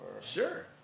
Sure